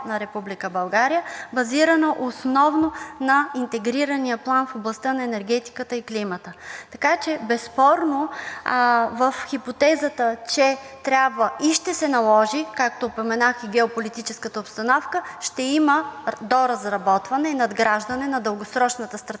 базирана основно на Интегрирания план в областта на енергетиката и климата. Така че безспорно в хипотезата, че трябва и ще се наложи, както упоменах и геополитическата обстановка, ще има доразработване и надграждане на Дългосрочната стратегия